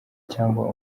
cyangwa